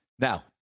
Now